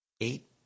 eight